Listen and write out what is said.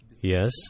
Yes